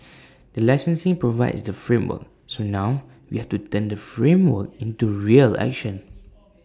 the licensing provides the framework so now we have to turn the framework into real action